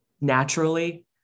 naturally